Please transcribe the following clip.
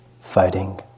fighting